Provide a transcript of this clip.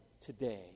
Today